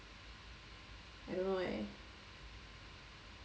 I don't know eh